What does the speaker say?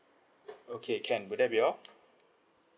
okay can would that be all